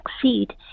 succeed